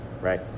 Right